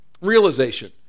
realization